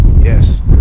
yes